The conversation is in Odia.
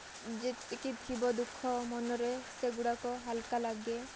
ଯେତିକି ଥିବ ଦୁଃଖ ମନରେ ସେଗୁଡ଼ାକ ହାଲକା ଲାଗେ